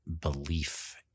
belief